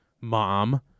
Mom